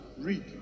read